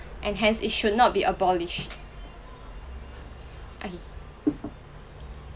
and hence it should not be abolished okay